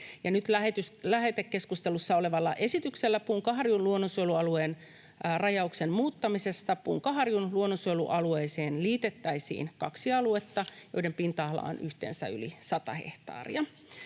nyt lähetekeskustelussa olevalla esityksellä Punkaharjun luonnonsuojelualueen rajauksen muuttamisesta Punkaharjun luonnonsuojelualueeseen liitettäisiin kaksi aluetta, joiden pinta-ala on yhteensä yli sata hehtaaria.